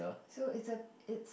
so it's a it's